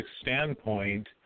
standpoint